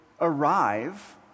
arrive